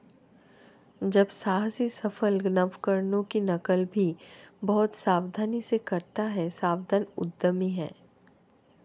जब साहसी सफल नवकरणों की नकल भी बहुत सावधानी से करता है सावधान उद्यमी है